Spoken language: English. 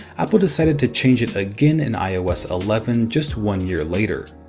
apple decided to change it again in ios eleven just one year later.